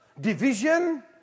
division